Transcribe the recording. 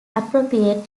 appropriate